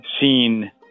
seen